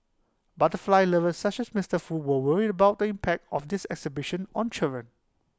butterfly lovers such as Mister Foo were worried about the impact of this exhibition on children